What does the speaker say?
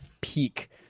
peak